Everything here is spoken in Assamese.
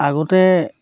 আগতে